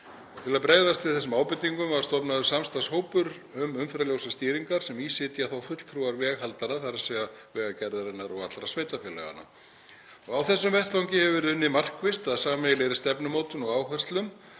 Til að bregðast við þessum ábendingum var stofnaður samstarfshópur um umferðarljósastýringar sem í sitja fulltrúar veghaldara, þ.e. Vegagerðarinnar og allra sveitarfélaganna. Á þessum vettvangi hefur verið unnið markvisst að sameiginlegri stefnumótun og áherslum